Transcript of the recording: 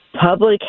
Public